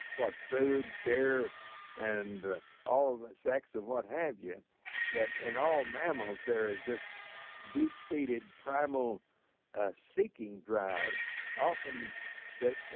what, food, fair and all that, sex and what have you that in all mammals there is this deep seated primal seeking drive often that